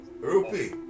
rupee